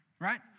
Right